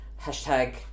hashtag